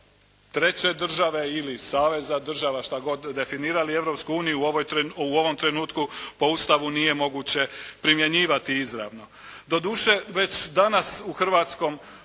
treće države ili saveza država šta god definirali, Europsku uniju u ovom trenutku po Ustavu nije moguće primjenjivati izravno.